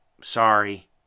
Sorry